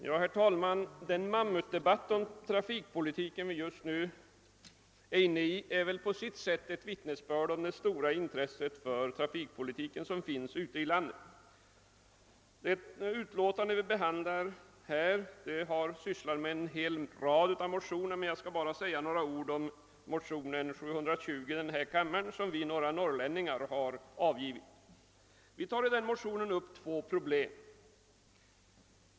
Herr talman! Den mammutdebatt om trafikpolitiken vi just nu är inne i är väl på sitt sätt ett vittnesbörd om det stora intresse för trafikpolitiken som finns ute i landet. I det utlåtande vi nu behandlar tar man upp en hel rad motioner, men jag skall för min del bara säga några ord om motionsparet I: 605 och II: 720 som väckts av mig själv och några andra norrländska ledamö ter. Vi tar i motionerna upp två problem.